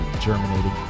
germinating